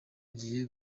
agiye